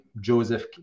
Joseph